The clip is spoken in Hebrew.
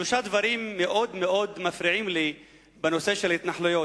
שלושה דברים מאוד-מאוד מפריעים לי בנושא של התנחלויות.